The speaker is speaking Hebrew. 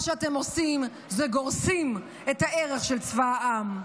מה שאתם עושים זה גורסים את הערך של צבא העם.